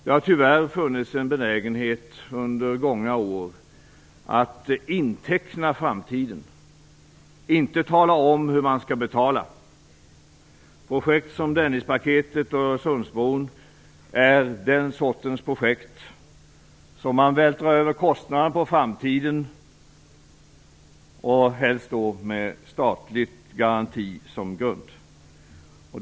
Det har tyvärr funnits en benägenhet under gångna år att inteckna framtiden och inte tala om hur man skall betala. Projekt som Dennispaketet och Öresundsbron är den sortens projekt där man vältrar över kostnaderna på framtiden, helst med statlig garanti som grund.